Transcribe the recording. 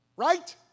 Right